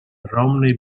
romney